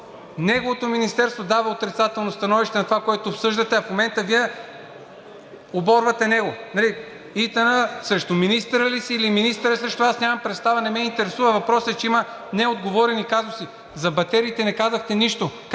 неговото министерство дава отрицателно становище на това, което обсъждате, а в момента Вие оборвате него. ИТН срещу министъра си ли е, или министърът е срещу Вас? Аз нямам представа и не ме интересува, въпросът е, че има неотговорени казуси. За батериите не казахте нищо